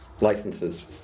licenses